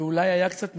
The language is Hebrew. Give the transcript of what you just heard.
ואולי היה קצת משנה.